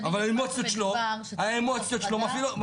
אבל האמוציות שלו מפחידות אותן.